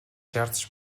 шаардаж